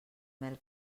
mel